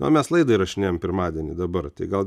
na o mes laidą įrašinėjam pirmadienį dabar tai gal